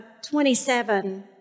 27